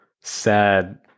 sad